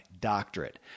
doctorate